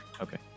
Okay